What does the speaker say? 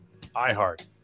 iHeart